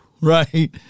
Right